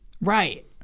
right